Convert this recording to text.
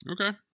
Okay